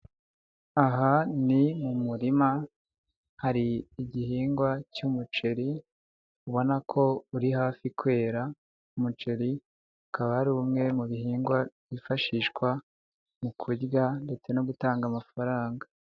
Aha ni mu murima hari igihingwa cy'umuceri ubona ko uri hafi kwera, umuceri ukaba ari umwe mu bihingwa byifashishwa mu kurya ndetse no gutanga amafaranga.